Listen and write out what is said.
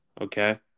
okay